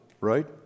right